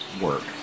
work